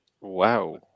wow